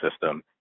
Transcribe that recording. system